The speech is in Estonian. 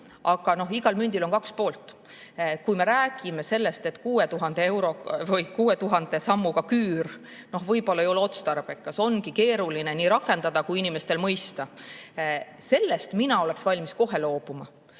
Aga igal mündil on kaks poolt. Kui me räägime sellest, et 6000 sammuga küür võib-olla ei ole otstarbekas – ongi keeruline nii rakendada kui ka inimestel mõista. Sellest mina oleksin valmis kohe loobuma.